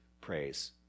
praise